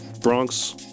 Bronx